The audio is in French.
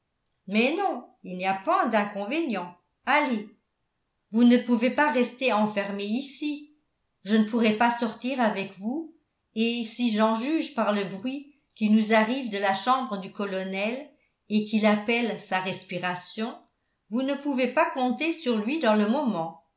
mais non il n'y a point d'inconvénient allez vous ne pouvez pas rester enfermée ici je ne pourrai pas sortir avec vous et si j'en juge par le bruit qui nous arrive de la chambre du colonel et qu'il appelle sa respiration vous ne pouvez pas compter sur lui dans le moment